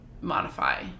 modify